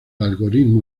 algoritmo